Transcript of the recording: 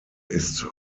ist